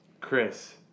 Chris